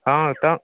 हँ तऽ